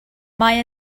mae